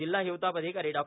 जिल्हा हिवताप अधिकारी डॉ